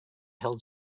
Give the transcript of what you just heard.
held